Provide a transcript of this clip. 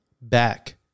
back